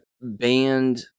banned